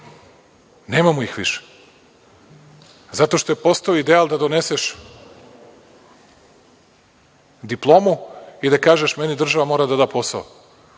nemamo ih više. Zato što je postojao ideal da doneseš diplomu i da kažeš – meni država mora da da posao.